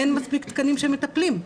אין מספיק תקנים של מטפלים.